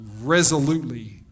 resolutely